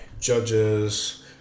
judges